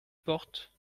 portes